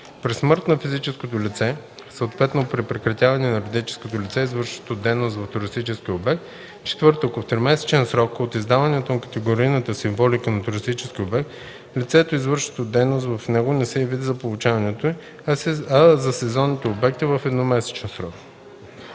при смърт на физическото лице, съответно при прекратяване на юридическото лице, извършващо дейност в туристическия обект; 4. ако в тримесечен срок от издаването на категорийната символика на туристическия обект, лицето, извършващо дейност в него, не се яви за получаването й, а за сезонните обекти – в едномесечен срок;